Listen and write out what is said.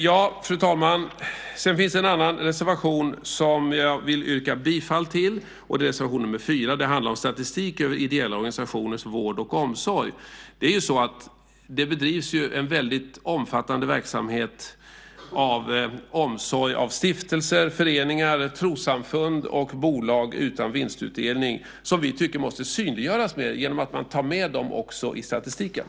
Jag vill yrka bifall till en annan reservation, nämligen reservation 4, som handlar om statistik över ideella organisationers vård och omsorg. Det bedrivs en väldigt omfattande verksamhet av stiftelser, föreningar, trossamfund och bolag utan vinstutdelning när det gäller omsorg. Vi tycker att det måste synliggöras mer genom att man också tar med dem i statistiken.